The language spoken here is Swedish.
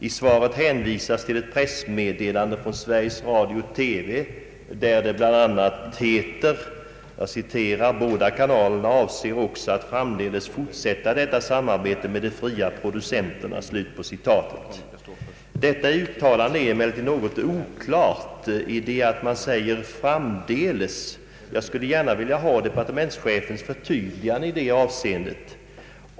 I svaret hänvisas till eit pressmeddelande från Sveriges Radio-TV, där det bl.a. heter: »Båda kanalerna avser också att framdeles fortsätta detta samarbete med de fria producenterna.» Detta uttalande är något oklart, i det att man säger »framdeles». Jag skulle gärna vilja ha departementschefens förtydligande i det avseendet.